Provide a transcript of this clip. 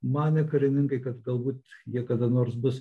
manė karininkai kad galbūt jie kada nors bus